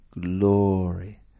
glory